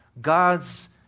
God's